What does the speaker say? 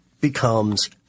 becomes